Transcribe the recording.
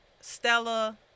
Stella